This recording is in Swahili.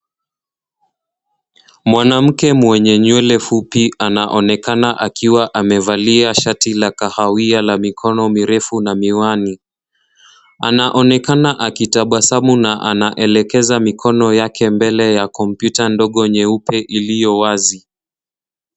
Mwanamke mwenye nywele fupi anaonekana akiwa amevalia shati la kahawia la mikono mirefu na miwani. Anaonekana akitabasamu na anaelekeza mikono yake mbele ya kompyuta ndogo nyeupe iliyo wazi.